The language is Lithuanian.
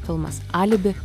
filmas alibi